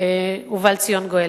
ובא לציון גואל.